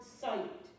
sight